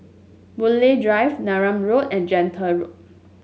Boon Lay Drive Neram Road and Gentle Road